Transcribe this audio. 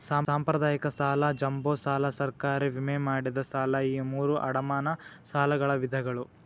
ಸಾಂಪ್ರದಾಯಿಕ ಸಾಲ ಜಂಬೋ ಸಾಲ ಸರ್ಕಾರಿ ವಿಮೆ ಮಾಡಿದ ಸಾಲ ಈ ಮೂರೂ ಅಡಮಾನ ಸಾಲಗಳ ವಿಧಗಳ